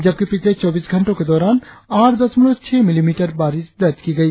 जबकि पिछले चौबीस घंटो के दौरान आठ दशमलव छह मिलीमीटर बारिश दर्ज की गई